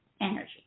energy